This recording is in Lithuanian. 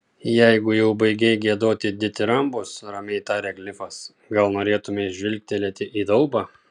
jeigu jau baigei giedoti ditirambus ramiai tarė klifas gal norėtumei žvilgtelėti į daubą